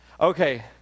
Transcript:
Okay